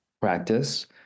practice